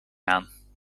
aan